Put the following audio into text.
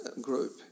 group